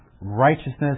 righteousness